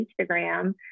instagram